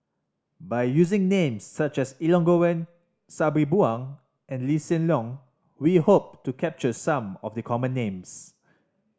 by using names such as Elangovan Sabri Buang and Lee Hsien Loong we hope to capture some of the common names